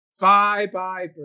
Bye-bye